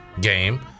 game